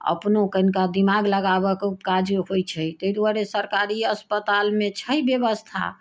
अपनो कनिका दिमाग लगाबऽके काज होइ छै ताहि दुआरे सरकारी अस्पतालमे छै व्यवस्था